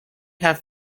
have